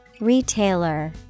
Retailer